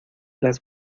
las